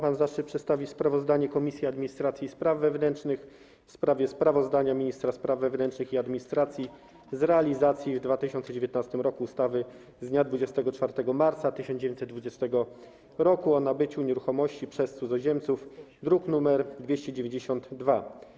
Mam zaszczyt przedstawić sprawozdanie Komisji Administracji i Spraw Wewnętrznych dotyczące sprawozdania ministra spraw wewnętrznych i administracji z realizacji w 2019 r. ustawy z dnia 24 marca 1920 r. o nabywaniu nieruchomości przez cudzoziemców, druk nr 292.